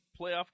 playoff